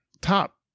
top